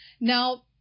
Now